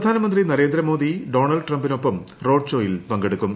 പ്രധാനമന്ത്രി നരേന്ദ്രമോദി ഡോണൾഡ് ട്രംപിനൊപ്പം റോഡ് ഷോയിൽ പങ്കെടുക്കും